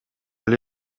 эле